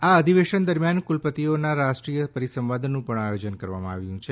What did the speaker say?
આ અધિવેશન દરમિયાન કુલપતિઓના રાષ્ટ્રીય પરિસંવાદ નું પણ આયોજન કરવામાં આવ્યું છે